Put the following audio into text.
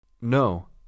No